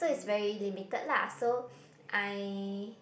it's very limited lah so I